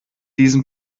diesen